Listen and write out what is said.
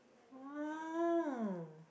oh